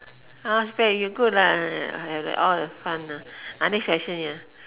you good lah have all the fun ah next question ya